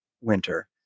winter